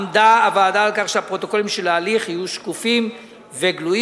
עמדה הוועדה על כך שהפרוטוקולים של ההליך יהיו שקופים וגלויים,